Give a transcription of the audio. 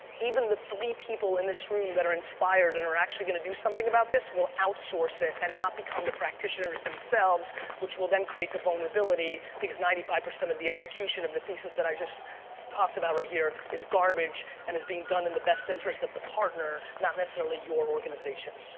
even the three people in this room that are inspired and are actually gonna do something about this will outsource it and not become the practitioners themselves which will then create the vulnerability because ninety five percent of the execution of the thesis that i just so talked about right here is garbage and is being done in the best interest of the partner, not necessarily your organization.